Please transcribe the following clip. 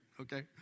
okay